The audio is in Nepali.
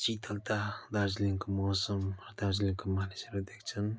शीतलता दार्जिलिङको मौसम दार्जिलिङको मानिसहरू देख्छन्